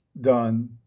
done